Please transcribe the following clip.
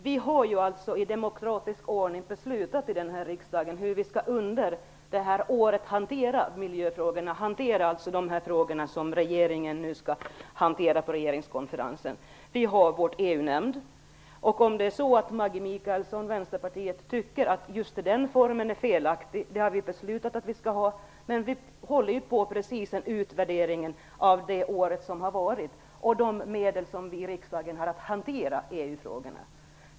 Vi har i demokratisk ordning här i riksdagen beslutat hur vi under det här året skall hantera miljöfrågorna, alltså de frågor som regeringen nu skall hantera på regeringskonferensen. Vi har vår EU-nämnd. Vi har beslutat att vi skall ha just den formen. Vi håller nu på att göra en utvärdering av det år som har gått och de medel som vi i riksdagen har att hantera EU-frågorna.